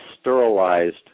sterilized